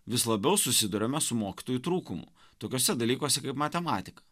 vis labiau susiduriame su mokytojų trūkumu tokiuose dalykuose kaip matematika